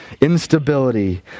instability